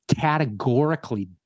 categorically